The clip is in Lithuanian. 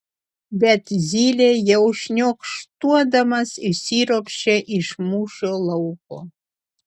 bet zylė jau šniokštuodamas išsiropščia iš mūšio lauko